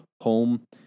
home